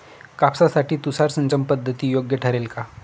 कापसासाठी तुषार सिंचनपद्धती योग्य ठरेल का?